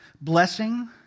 Blessing